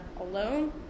alone